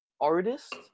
artist